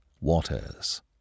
waters